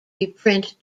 reprint